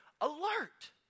Alert